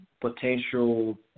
potential